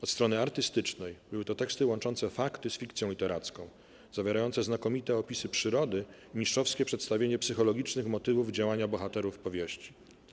Od strony artystycznej były to teksty łączące fakty z fikcją literacką, zawierające znakomite opisy przyrody i mistrzowskie przedstawienie psychologicznych motywów działania bohaterów powieści.